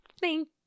Thank